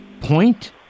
point